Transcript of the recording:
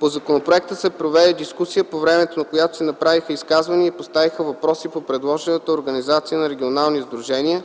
По законопроекта се проведе дискусия, по време на която се направиха изказвания и поставиха въпроси по предложената организация на регионални сдружения;